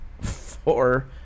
four